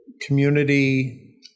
community